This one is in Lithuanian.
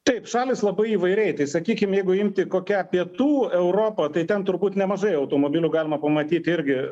taip šalys labai įvairiai tai sakykim jeigu imti kokią pietų europą tai ten turbūt nemažai automobilių galima pamatyti irgi